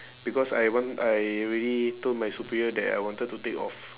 because I want I already told my superior that I wanted to take off